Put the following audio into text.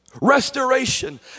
Restoration